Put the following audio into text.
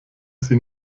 sie